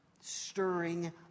stirring